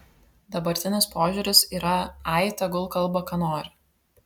dabartinis požiūris yra ai tegul kalba ką nori